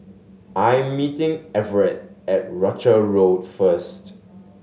I am meeting Everet at Rochor Road first